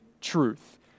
truth